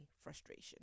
frustration